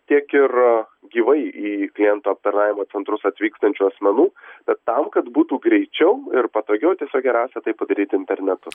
tiek ir gyvai į klientų aptarnavimo centrus atvykstančių asmenų bet tam kad būtų greičiau ir patogiau tiesiog geriausia tai padaryti internetu